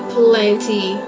plenty